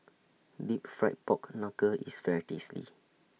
Deep Fried Pork Knuckle IS very tasty